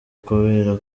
kubera